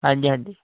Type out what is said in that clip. ਹਾਂਜੀ ਹਾਂਜੀ